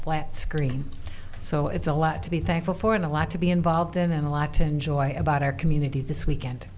flat screen so it's a lot to be thankful for and a lot to be involved in and a lot to enjoy about our community this weekend